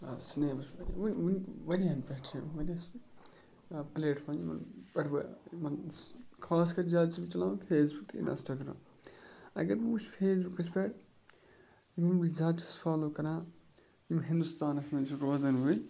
سٕنیپَس پٮ۪ٹھ وٕنۍ وٕنۍ واریاہَن پٮ۪ٹھ چھِ پٕلیٹفارم یِمَن پٮ۪ٹھ بہٕ یِمَن خاص کَر زیادٕ چھُس بہٕ چَلاوان فیس بُک تہٕ اِنَسٹاگرٛام اگر بہٕ وٕچھ فیس بُکَس پٮ۪ٹھ یِمَن بہٕ زیادٕ چھُس فالو کَران یِم ہِندُستانَس منٛز چھِ روزَن وٲلۍ